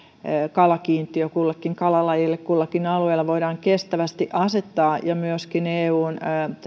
kalakiintiö kullekin kalalajille kullakin alueella voidaan kestävästi asettaa ja myöskin eun